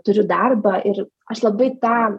turiu darbą ir aš labai tą